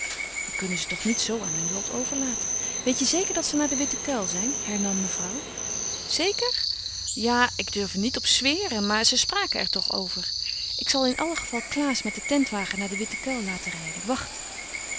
we kunnen ze toch niet zoo aan hun lot overlaten weet je zeker dat ze naar den witten kuil zijn hernam mevrouw zeker ja ik durf er niet op zweren maar ze spraken er toch over ik zal in alle geval klaas met den tentwagen naar den witten kuil laten rijden wacht